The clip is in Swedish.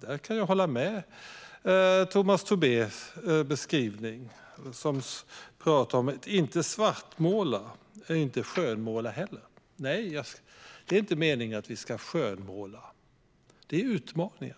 Där kan jag instämma i Tomas Tobés beskrivning när han sa att man inte ska svartmåla, men att man inte heller ska skönmåla. Nej, det är inte meningen att vi ska skönmåla. Det handlar om utmaningen.